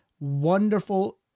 wonderful